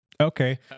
Okay